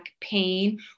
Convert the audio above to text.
pain